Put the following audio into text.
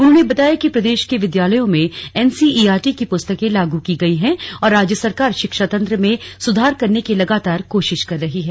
उन्होंने बताया कि प्रदेश के विद्यालयों में एनसीईआरटी की पुस्तके लागू की गई है और राज्य सरकार शिक्षा तंत्र में सुधार करने की लगातार कोशिश कर रही है